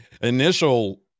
initial